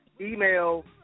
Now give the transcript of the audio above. Email